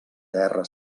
terra